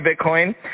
Bitcoin